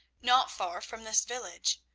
not far from this village.